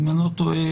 אם אני לא טועה,